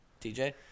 TJ